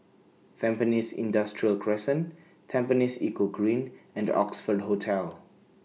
Tampines Industrial Crescent Tampines Eco Green and Oxford Hotel